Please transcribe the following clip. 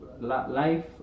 life